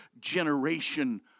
generation